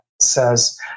says